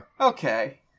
Okay